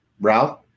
Ralph